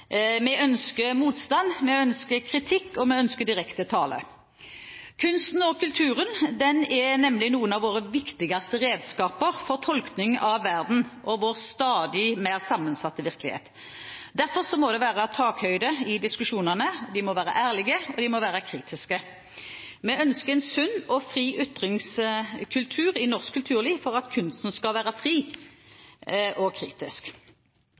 Vi ønsker motstand, kritikk og direkte tale. Kunsten og kulturen er nemlig noen av våre viktigste redskaper for tolkning av verden og vår stadig mer sammensatte virkelighet. Derfor må det være takhøyde i diskusjonene, og de må være ærlige og kritiske. Vi ønsker en sunn og fri ytringskultur i norsk kulturliv for at kunsten skal være fri og kritisk.